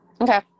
Okay